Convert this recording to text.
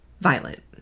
violent